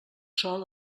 sol